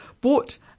bought